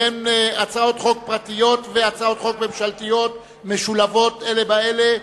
הצעות חוק פרטיות והצעות חוק ממשלתיות משולבות אלה באלה,